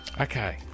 Okay